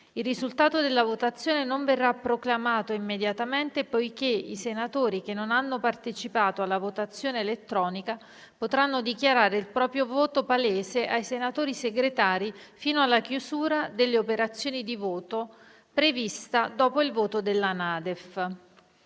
Il risultato della votazione non verrà proclamato immediatamente poiché i senatori che non hanno partecipato alla votazione elettronica potranno dichiarare il proprio voto palese ai senatori Segretari fino alla chiusura delle operazioni di voto, prevista dopo il voto sulla NADEF.